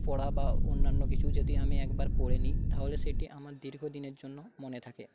পড়া বা অন্যান্য কিছু যদি আমি একবার পড়ে নিই তাহলে সেটি আমার দীর্ঘদিনের জন্য মনে থাকে